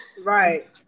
right